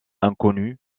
inconnues